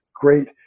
great